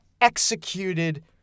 executed